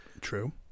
True